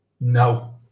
No